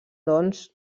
doncs